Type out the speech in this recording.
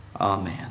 Amen